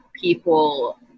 people